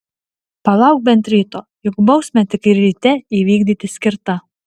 palauk bent ryto juk bausmę tik ryte įvykdyti skirta